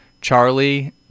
Charlie